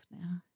now